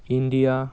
India